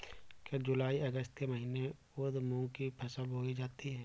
क्या जूलाई अगस्त के महीने में उर्द मूंग की फसल बोई जाती है?